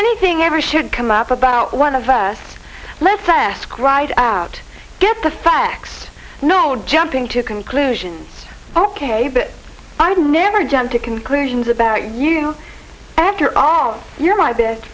anything ever should come up about one of us lets us cried out get the facts no jumping to conclusions ok but i've never jump to conclusions about you after all you're my best